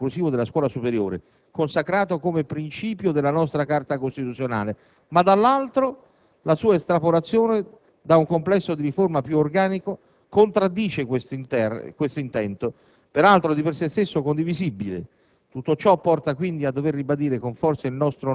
e si riafferma la dignità dell'esame conclusivo della scuola superiore, consacrato come principio dalla nostra Carta costituzionale, ma, dall'altro, la sua estrapolazione da un complesso di riforma più organico contraddice questo intento, peraltro, di per sé stesso, condivisibile.